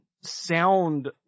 sound